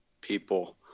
people